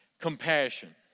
Compassion